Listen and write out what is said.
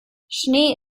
schnee